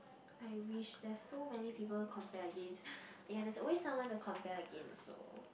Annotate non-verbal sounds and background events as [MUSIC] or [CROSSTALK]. I wish there's so many people compare against [BREATH] and there's always someone to compare against so